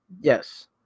Yes